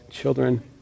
children